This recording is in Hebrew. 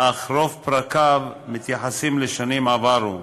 אך רוב פרקיו מתייחסים לשנים עברו,